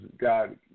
God